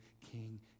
King